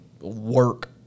work